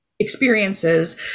experiences